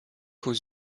aux